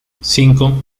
cinco